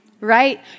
right